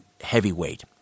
heavyweight